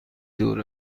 دور